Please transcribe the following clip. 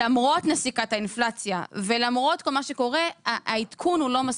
למרות נסיקת האינפלציה ולמרות כל מה שקורה העדכון הוא לא מספיק.